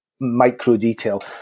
micro-detail